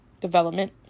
development